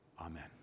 Amen